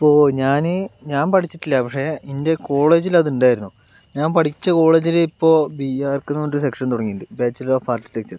ഇപ്പോൾ ഞാൻ ഞാൻ പഠിച്ചിട്ടില്ല പക്ഷേ എന്റെ കോളേജില് അത് ഉണ്ടായിരുന്നു ഞാൻ പഠിച്ച കോളേജില് ഇപ്പോൾ ബി ആർക്കെന്ന് പറഞ്ഞിട്ടൊരു സെക്ഷൻ തുടങ്ങിയിട്ടുണ്ട് ബാച്ചിലർ ഓഫ് ആർക്കിടെക്ചർ